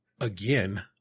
again